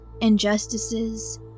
injustices